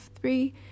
three